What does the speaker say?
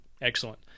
excellent